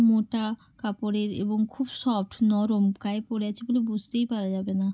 মোটা কাপড়ের এবং খুব সফট নরম গায়ে পরে আছি বলে বুঝতেই পারা যাবে না